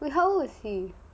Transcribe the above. wait how old is he